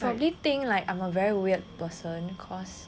probably think like I am a very weird person cause